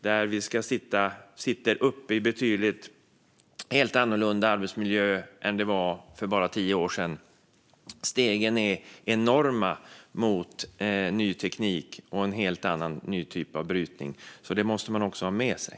Det handlar om en helt annorlunda arbetsmiljö jämfört med för bara tio år sedan. Stegen är enorma mot ny teknik och en helt annan typ av brytning. Det måste man också ha med sig.